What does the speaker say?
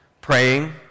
Praying